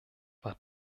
war